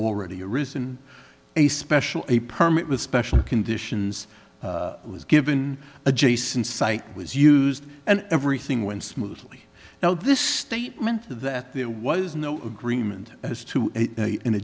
already arisen a special a permit with special conditions was given adjacent site was used and everything went smoothly now this statement that there was no agreement as to an